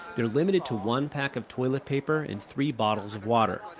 they're limited to one pack of toilet paper and three bottles of water.